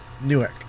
Newark